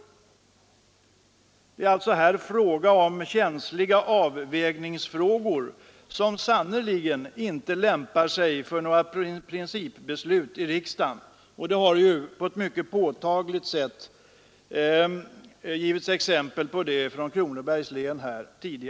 Det rör sig alltså här om känsliga avvägningsfrågor, som sannerligen inte lämpar sig för några principbeslut i riksdagen — det har på ett mycket påtagligt sätt tidigare i dag givits exempel på det från Kronobergs län.